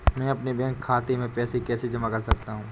मैं अपने बैंक खाते में पैसे कैसे जमा कर सकता हूँ?